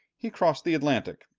he crossed the atlantic,